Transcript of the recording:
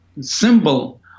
symbol